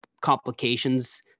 complications